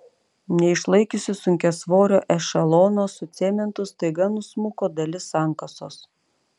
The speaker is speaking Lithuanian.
neišlaikiusi sunkiasvorio ešelono su cementu staiga nusmuko dalis sankasos